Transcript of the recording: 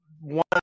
one